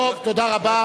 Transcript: טוב, תודה רבה.